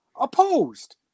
opposed